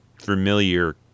familiar